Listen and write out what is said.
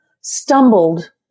stumbled